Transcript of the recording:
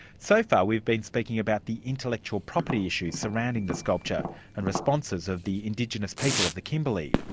so far we've been speaking about the intellectual property issues surrounding the sculpture and responses of the indigenous people of the kimberley.